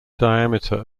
diameter